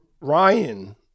Ryan